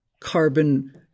carbon